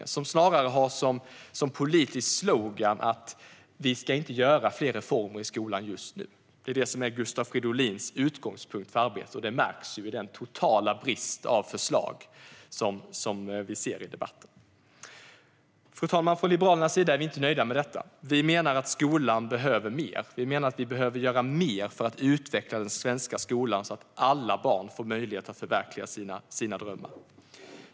Den säger snarare "Vi ska inte göra fler reformer i skolan" och har detta som politisk slogan. Detta är Gustav Fridolins utgångspunkt i arbetet, vilket märks i den totala bristen på förslag i debatten. Fru talman! Liberalerna är inte nöjda med detta. Vi menar att skolan behöver mer. Vi behöver göra mer för att utveckla den svenska skolan så att alla barn får möjlighet att förverkliga sina drömmar.